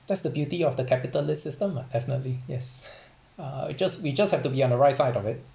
that's the beauty of the capitalist system lah definitely yes uh we just we just have to be on the right side of it